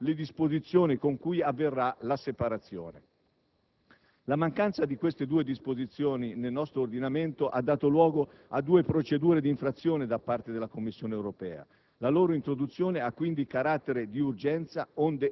L'Autorità per l'energia elettrica e il gas stabilirà le disposizioni con cui avverrà la separazione. La mancanza di queste due disposizioni nel nostro ordinamento ha dato luogo a due procedure di infrazione da parte della Commissione europea: